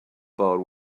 about